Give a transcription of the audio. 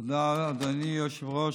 תודה, אדוני היושב-ראש.